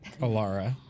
Alara